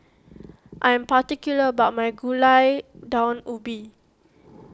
I am particular about my Gulai Daun Ubi